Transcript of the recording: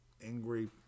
angry